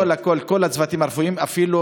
הכול, הכול, כל הצוותים הרפואיים, אפילו